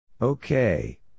okay